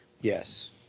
yes